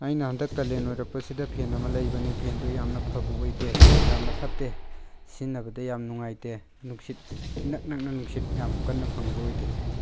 ꯑꯩꯅ ꯍꯟꯗꯛ ꯀꯥꯂꯦꯟ ꯑꯣꯏꯔꯛꯄꯁꯤꯗ ꯐꯦꯟ ꯑꯃ ꯂꯩꯕꯅꯦ ꯐꯦꯟꯗꯣ ꯌꯥꯝꯅ ꯐꯕ ꯑꯣꯏꯗꯦ ꯌꯥꯝꯅ ꯐꯠꯇꯦ ꯁꯤꯖꯤꯟꯅꯕꯗ ꯌꯥꯝ ꯅꯨꯡꯉꯥꯏꯇꯦ ꯅꯨꯡꯁꯤꯠ ꯏꯅꯛ ꯅꯛꯅ ꯅꯨꯡꯁꯤꯠ ꯌꯥꯝ ꯀꯟꯅ ꯐꯪꯕ ꯑꯣꯏꯗꯦ